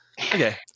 okay